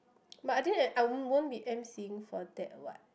but I think that I won't be emceeing for that what